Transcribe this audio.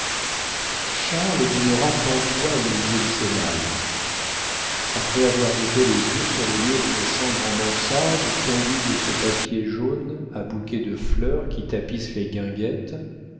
charles demeura pantois au milieu de ses malles après avoir jeté les yeux sur les murs d'une chambre en mansarde tendue de ce papier jaune à bouquets de fleurs qui tapisse les guinguettes